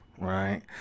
right